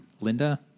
Linda